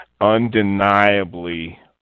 undeniably